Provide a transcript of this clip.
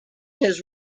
his